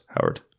Howard